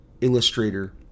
illustrator